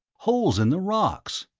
holes in the rocks.